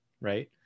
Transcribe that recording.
right